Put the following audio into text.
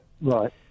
Right